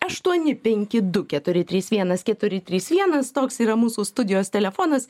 aštuoni penki du keturi trys vienas keturi trys vienas toks yra mūsų studijos telefonas